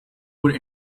could